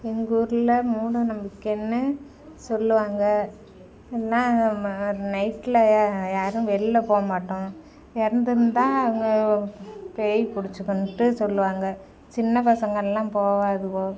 எங்கள் ஊரில் மூட நம்பிக்கைன்னு சொல்லுவாங்க நைட்டில் யாரும் வெளியில் போக மாட்டோம் இறந்திருந்தா அவங்க பேய் பிடிச்சிக்குனுட்டு சொல்லுவாங்க சின்ன பசங்கள்லாம் போகாதுவோ